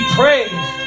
praised